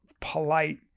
polite